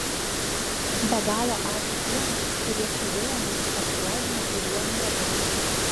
be galo ačiū tiems kurie stebėjo mūsų pasirodymą ir juo mėgavosi